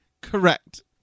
Correct